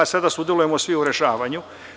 Sada sudelujemo svi u rešavanju.